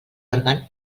òrgan